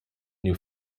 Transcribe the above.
new